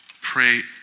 Pray